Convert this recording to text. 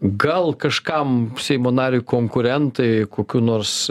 gal kažkam seimo nariui konkurentai kokių nors